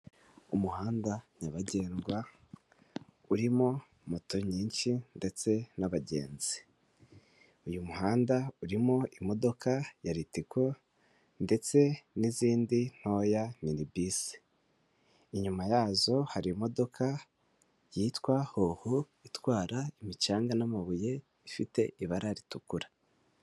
Umuhanda nyabagendwa urimo moto nyinshi ndetse n'abagenzi. Uyu muhanda urimo imodoka ya ritico ndetse n'izindi ntoya minibisi. Inyuma yazo hari imodoka yitwa hoho itwara imicanga n'amabuye bifite ibara ritukura.